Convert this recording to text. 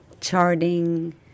charting